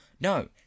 no